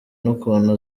n’ukuntu